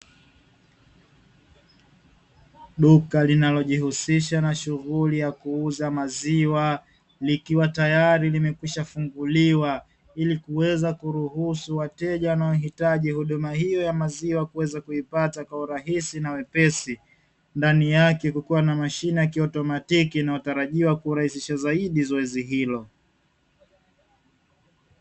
Duka linalojihusisha na shughuli ya kuuza maziwa likiwa tayari limekwisha funguliwa, ili kuweza kuruhusu wateja wanaoihitaji huduma hio ya maziwa kuweza kuipata kwa urahisi na wepesi, ndani yake kukiwa na mashine ya kiautomatiki inayotarajiwa kurahisisha zoezi hilo.